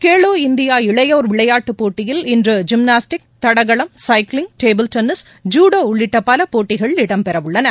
Khelo India இளையோர் விளையாட்டுப் போட்டியில் இன்று ஜிம்னாஸ்டிக் தடகளம் சைக்கிளிங் டேபிள் டென்னிஸ் ஜுடோ உள்ளிட்ட பல போட்டிகள் இடம்பெறவுள்ளன